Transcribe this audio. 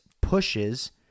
pushes